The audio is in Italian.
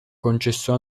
concesso